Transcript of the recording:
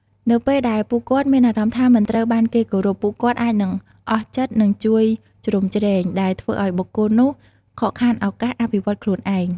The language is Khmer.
នៅពេលដែលពួកគាត់មានអារម្មណ៍ថាមិនត្រូវបានគេគោរព ពួកគាត់អាចនឹងអស់ចិត្តនឹងជួយជ្រោមជ្រែង ដែលធ្វើឲ្យបុគ្គលនោះខកខានឱកាសអភិវឌ្ឍន៍ខ្លួនឯង។